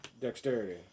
dexterity